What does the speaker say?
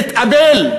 נתאבל.